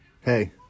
Hey